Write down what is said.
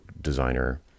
designer